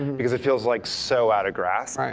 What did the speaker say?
because it feels like so out of grasp.